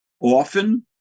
Often